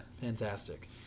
Fantastic